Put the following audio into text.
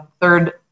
third